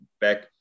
back